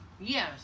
Yes